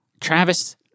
Travis